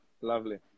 Lovely